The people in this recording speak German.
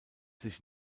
sich